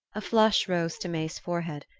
a flush rose to may's forehead.